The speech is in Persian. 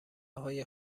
های